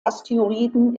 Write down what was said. asteroiden